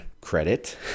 credit